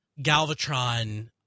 Galvatron